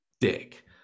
dick